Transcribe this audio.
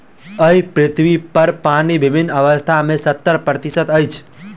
एहि पृथ्वीपर पानि विभिन्न अवस्था मे सत्तर प्रतिशत अछि